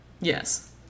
yes